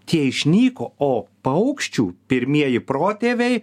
tie išnyko o paukščių pirmieji protėviai